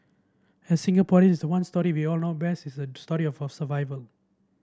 as Singaporeans the one story we all know best is the story of survival